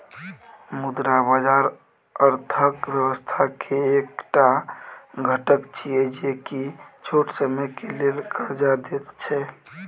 मुद्रा बाजार अर्थक व्यवस्था के एक टा घटक छिये जे की छोट समय के लेल कर्जा देत छै